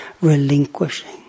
relinquishing